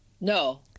No